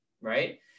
right